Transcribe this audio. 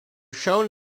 shown